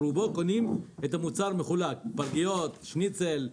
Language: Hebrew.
רובם קונים את המוצר מחולק: פרגיות, שניצל,